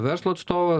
verslo atstovas